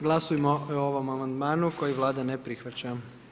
Glasujmo i o ovom amandmanu koji Vlada ne prihvaća.